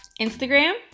Instagram